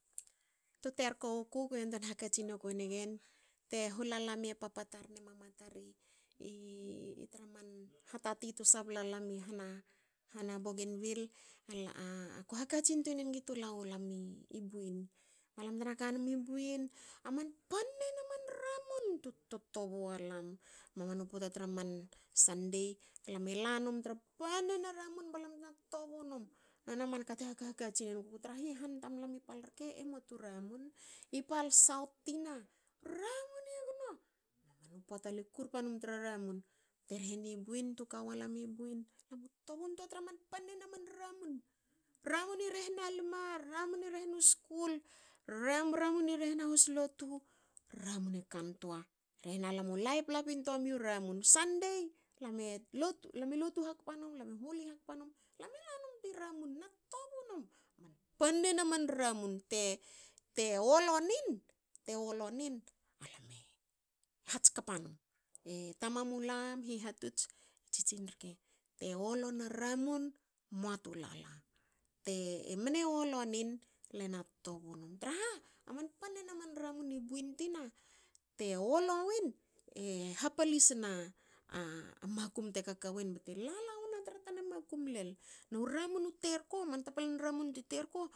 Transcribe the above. Tu terko wuku. ko hakatsi noku negen te hulala me papa tar ne mama tar tra man hatati tu sabla lam i hana hana i bougainville. Ako hakatsin tuine nig tu la walam i buin balam tena kanum i buin. aman pannen aman ramun tu tto tobu walam. Mamana poata tra man sandei. alam e lanum tra pannen a ramun balam tena ttobu num. Nona man kate hak- hakatsin enuguku trahi han tamlam i pal rke emua tu ramun. I pal saut tina ramun egno. Mamana pota le kurpa num tra ramun te rhe ni buin tu ka walam i buin. tobun toana tra man ramun pan i buin. Ramun i rehna lma. ramun i rehnu skul ramun i rehna hos lotu. ramun e kantoana. rehna lam u laip laip intoa miu ramun. Sandei alam e lotu hakpa num. alam e huli hakpa num. alame lanum i ramun na ttobu num. man pannen a ramun te- te wolo nin- te wolo nin. alame hatskpa num. E tama mulam hahatots tsitsin rke. te wolo na ramun mua tu lala. te mne wolo nin le na ttobu num. Traha aman pannen aman ramun i buin tina. te wolo win e hapalisna makum te kaka wen bte lala wna tra tana makum lel. Nu ramun u terko man tapalan ramun ti terko